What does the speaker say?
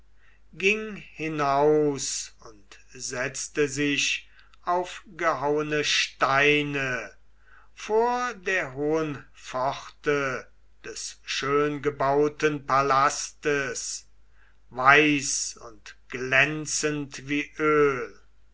ging hinaus und setzte sich auf gehauene steine vor der hohen pforte des schöngebauten palastes weiß und glänzend wie öl